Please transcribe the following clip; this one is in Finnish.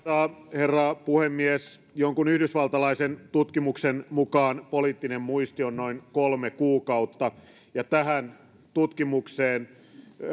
herra puhemies jonkun yhdysvaltalaisen tutkimuksen mukaan poliittinen muisti on noin kolme kuukautta ja tähän tutkimukseen